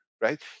Right